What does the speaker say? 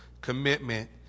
commitment